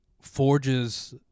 forges